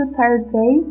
Thursday